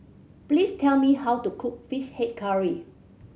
please tell me how to cook Fish Head Curry